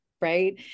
right